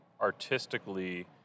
artistically